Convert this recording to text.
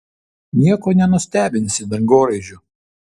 nieko nenustebinsi dangoraižiu